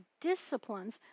disciplines